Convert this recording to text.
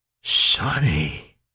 Sonny